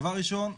דבר ראשון,